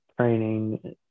training